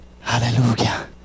Hallelujah